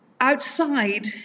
Outside